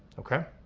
okay?